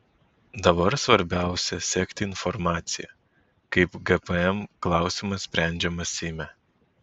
dabar svarbiausia sekti informaciją kaip gpm klausimas sprendžiamas seime